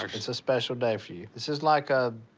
it's a special day for you. this is like a.